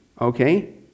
okay